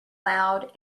loud